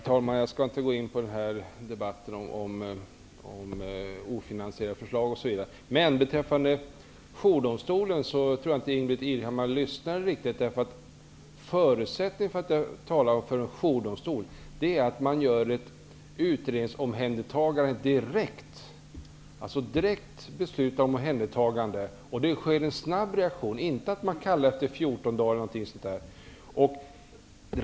Herr talman! Jag skall inte gå in i någon debatt om ofinansierade förslag, men beträffande jourdomstolen tror jag att Ingbritt Irhammar inte lyssnade riktigt. För att man skall kunna tala om en jourdomstol fordras att det direkt fattas beslut om omhändertagande, dvs. att det sker en snabb reaktion, inte att man kallas efter 14 dagar eller någonting sådant.